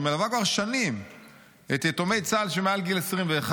שמלווה כבר שנים את יתומי צה"ל שמעל גיל 21,